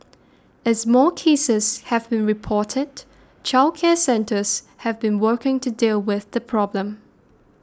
as more cases have been reported childcare centres have been working to deal with the problem